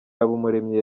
habumuremyi